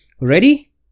Ready